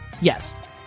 Yes